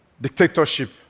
dictatorship